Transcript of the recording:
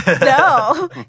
No